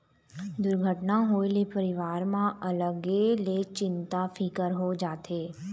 दुरघटना होए ले परिवार म अलगे ले चिंता फिकर हो जाथे